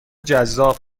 جذاب